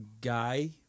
guy